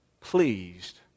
pleased